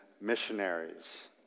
missionaries